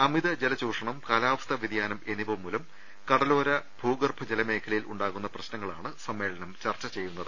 അമിത ജല ചൂഷണം കാലാവസ്ഥാ വൃതിയാനം എന്നിവ മൂലം കടലോര ഭൂഗർഭ ജല മേഖലയിൽ ഉണ്ടാകുന്ന പ്രശ്നങ്ങളാണ് സമ്മേളനം ചർച്ച ചെയ്യുന്നത്